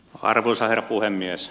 arvoisa herra puhemies